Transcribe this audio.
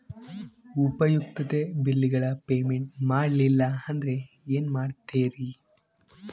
ಉಪಯುಕ್ತತೆ ಬಿಲ್ಲುಗಳ ಪೇಮೆಂಟ್ ಮಾಡಲಿಲ್ಲ ಅಂದರೆ ಏನು ಮಾಡುತ್ತೇರಿ?